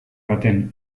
baten